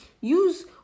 Use